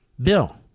Bill